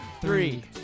three